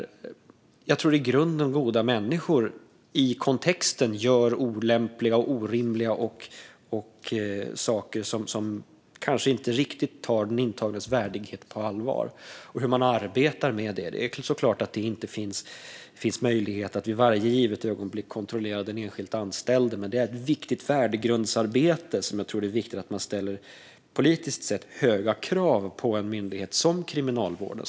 I grunden goda människor gör i kontexten olämpliga och orimliga saker där de kanske inte riktigt tar den intagnes värdighet på allvar. Här handlar det om hur man arbetar med detta. Självklart finns det inte möjlighet att vid varje givet ögonblick kontrollera den enskilda anställda, men politiskt sett måste man ställa höga krav på ett viktigt värdegrundsarbete hos en myndighet som Kriminalvården.